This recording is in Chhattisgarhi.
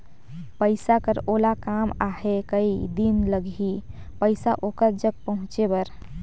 पइसा कर ओला काम आहे कये दिन लगही पइसा ओकर जग पहुंचे बर?